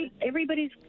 everybody's